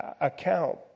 account